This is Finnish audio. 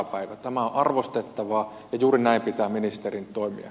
tämä on arvostettavaa ja juuri näin pitää ministerin toimia